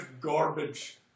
garbage